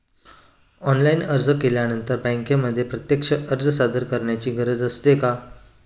Online अर्ज केल्यानंतर बँकेमध्ये प्रत्यक्ष अर्ज सादर करायची गरज असते का?